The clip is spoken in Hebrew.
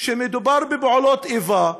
שמדובר בפעולות איבה,